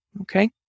Okay